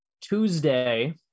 Tuesday